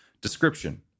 Description